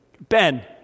Ben